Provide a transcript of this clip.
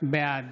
בעד